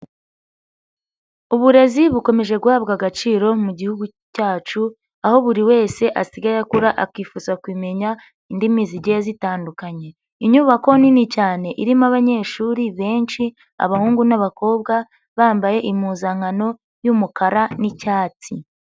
Uburezi bukomeje guhabwa agaciro mu mugihugu cyacu, aho buri wese asigaye akura akifuza kumenya indimi zigiye zitandukanye. Inyubako nini cyane irimo abanyeshuri benshi abahungu n'abakobwa, bambaye impuzankano y'umukara n'icyatsi.